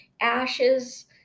ashes